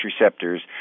receptors